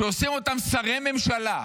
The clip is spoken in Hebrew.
כשעושים אותם שרי ממשלה,